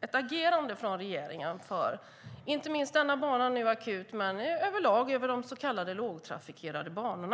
ett agerande från regeringen för inte minst denna bana akut men över lag beträffande de så kallade lågtrafikerade banorna.